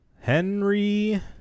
Henry